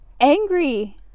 angry